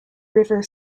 river